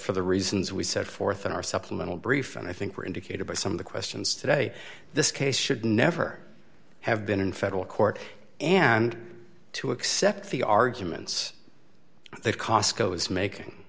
for the reasons we set forth in our supplemental brief and i think were indicated by some of the questions today this case should never have been in federal court and to accept the arguments that costco is making